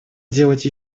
делать